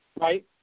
Right